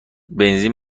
بنزین